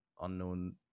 unknown